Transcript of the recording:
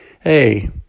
Hey